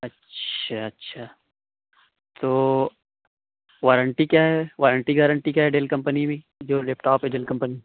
اچھا اچھا تو وارنٹی کیا ہے وارنٹی گارنٹی کیا ہے ڈیل کمپنی میں جو لیپ ٹاپ ہے ڈیل کمپنی